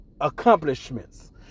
accomplishments